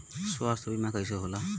स्वास्थ्य बीमा कईसे होला?